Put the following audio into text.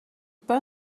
pas